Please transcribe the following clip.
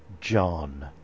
John